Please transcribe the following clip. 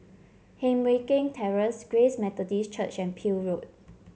Heng Mui Keng Terrace Grace Methodist Church and Peel Road